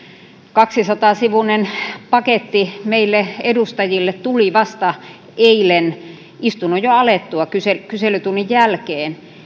kaksisataa sivuinen paketti meille edustajille tuli vasta eilen istunnon jo alettua kyselytunnin jälkeen